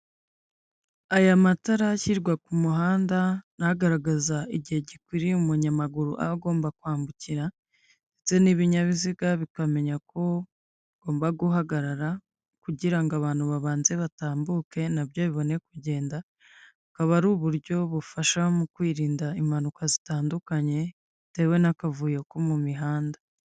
Aya matara ashyirwa ku muhanda n’agaragaza igihe gikwiriye umunyamaguru agomba kwambukira, ndetse n'ibinyabiziga bikamenya ko bigomba guhagarara, kugira ngo abantu babanze batambuke nabyo bibone kugenda. Akaba ar’uburyo bufasha mu kwirinda impanuka zitandukanye bitewe n'akavuyo ko mu mihanda.